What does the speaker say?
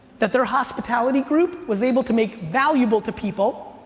that their hospitality group was able to make valuable to people,